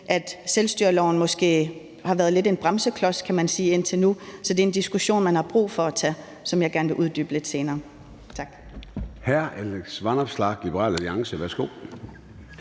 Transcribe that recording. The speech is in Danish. selvstyreloven måske har været lidt af en bremseklods, kan man sige, indtil nu. Så det er en diskussion, man har brug for at tage, som jeg gerne vil uddybe lidt senere.